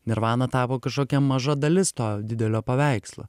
nirvana tapo kažkokia maža dalis to didelio paveikslo